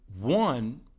One